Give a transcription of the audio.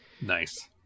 Nice